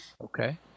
Okay